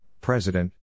president